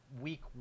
week